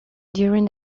during